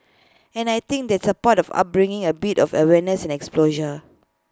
and I think that's A part of upbringing A bit of awareness exposure